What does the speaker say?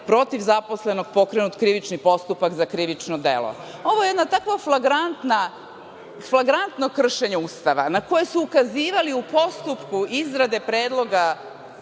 protiv zaposlenog pokrenut krivični postupak za krivično delo. Ovo je jedno takvo flagrantno kršenje Ustava, na koje su ukazivali na postupku izrade Predloga